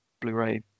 blu-ray